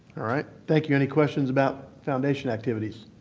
all right. thank you. any questions about foundation activities?